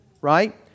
right